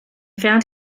found